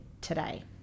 today